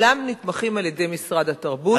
וכולם נתמכים על-ידי משרד התרבות,